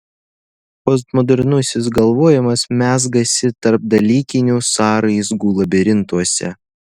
postmodernusis galvojimas mezgasi tarpdalykinių sąraizgų labirintuose